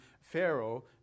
Pharaoh